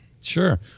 Sure